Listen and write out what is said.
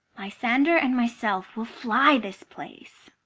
lysander and myself will fly this place.